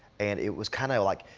and it was kind of like,